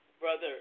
Brother